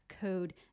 code